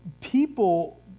people